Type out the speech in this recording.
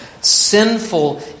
sinful